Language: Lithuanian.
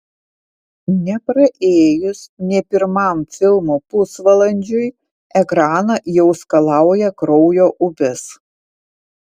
nepraėjus nė pirmam filmo pusvalandžiui ekraną jau skalauja kraujo upės